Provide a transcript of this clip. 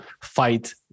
fight